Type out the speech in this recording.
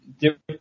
different